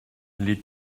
les